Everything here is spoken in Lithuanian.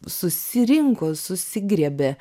susirinko susigriebė